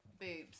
boobs